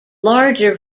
larger